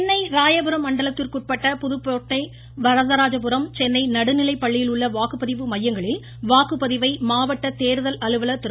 சென்னை ராயபுரம் மண்டலத்திற்குட்பட்ட புதுப்பேட்டை வரதராஜபுரம் சென்னை நடுநிலைப்பள்ளியிலுள்ள வாக்குப்பதிவு மையங்களில் வாக்குப்பதிவை மாவட்ட தேர்தல் அலுவலர் திரு